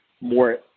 more